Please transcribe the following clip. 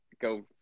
go